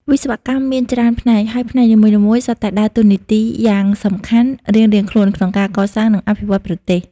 វិស្វកម្មមាន ច្រើនផ្នែក ហើយផ្នែកនីមួយៗសុទ្ធតែដើរតួនាទី យ៉ាងសំខាន់ រៀងៗខ្លួនក្នុងការ កសាង និងអភិវឌ្ឍប្រទេស។